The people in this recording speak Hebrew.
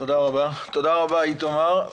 תודה רבה, איתמר.